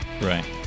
right